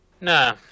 No